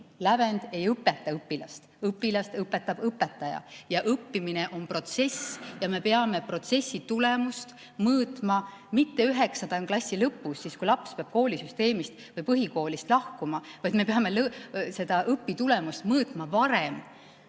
lävend ei õpeta õpilast, õpilast õpetab õpetaja. Õppimine on protsess ja me peame protsessi tulemust mõõtma mitte 9. klassi lõpus, siis kui laps peab koolisüsteemist või põhikoolist lahkuma, vaid me peame õpitulemusi mõõtma varem. Miks